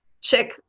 check